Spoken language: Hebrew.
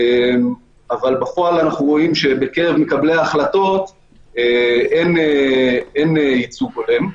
אבל בפועל אנחנו רואים שבקרב מקבלי ההחלטות אין ייצוג הולם.